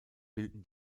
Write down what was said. bilden